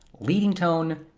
leading tone,